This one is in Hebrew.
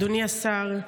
אדוני השר,